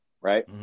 right